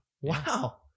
Wow